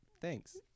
thanks